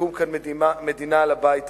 ותקום כאן מדינה לבית היהודי.